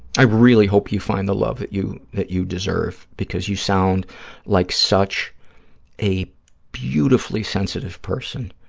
i really hope you find the love that you that you deserve, because you sound like such a beautifully sensitive person,